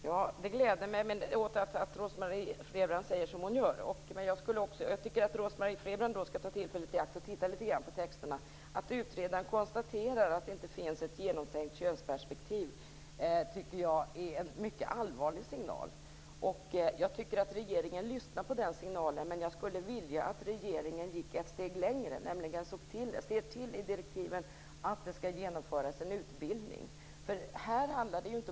Fru talman! Jag gläder mig åt att Rose-Marie Frebran säger som hon gör. Jag tycker att Rose-Marie Frebran skall ta tillfället i akt att titta litet på texterna. Att utredaren konstaterar att det inte finns ett genomtänkt könsperspektiv tycker jag är en mycket allvarlig signal. Jag tycker att regeringen lyssnar på den signalen, men jag skulle vilja att regeringen gick ett steg längre i direktiven och angav att en utbildning skall genomföras.